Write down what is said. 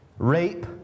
Rape